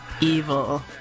evil